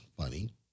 funny